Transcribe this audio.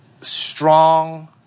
strong